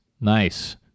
Nice